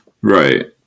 Right